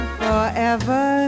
forever